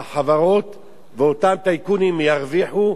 החברות ואותם טייקונים ירוויחו,